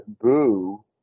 boo